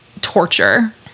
torture